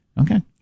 Okay